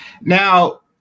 Now